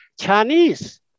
Chinese